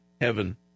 heaven